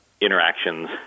interactions